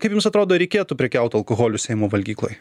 kaip jums atrodo ar reikėtų prekiaut alkoholiu seimo valgykloj